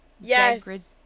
Yes